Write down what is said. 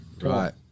Right